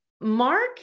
Mark